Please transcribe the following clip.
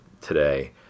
today